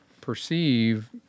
perceive